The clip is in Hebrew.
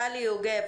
טלי יוגב,